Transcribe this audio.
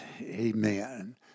Amen